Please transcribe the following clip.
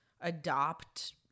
adopt